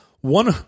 One